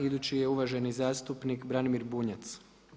Idući je uvaženi zastupnik Branimir Bunjac.